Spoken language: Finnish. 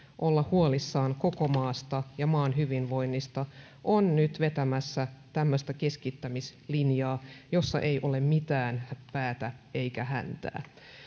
olla huolissaan koko maasta ja maan hyvinvoinnista on nyt vetämässä tämmöistä keskittämislinjaa jossa ei ole mitään päätä eikä häntää